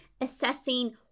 assessing